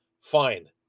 fine